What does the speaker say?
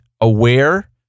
aware